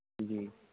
جی